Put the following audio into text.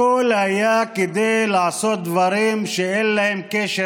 הכול היה כדי לעשות דברים שאין להם קשר